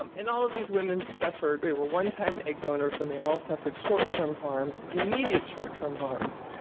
um and all of these women suffered. they were one-time egg donors and they all suffered short-term harms, immediate short-term harms.